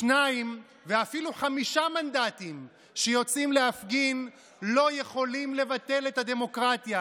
שניים ואפילו חמישה מנדטים שיוצאים להפגין לא יכולים לבטל את הדמוקרטיה.